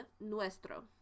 nuestro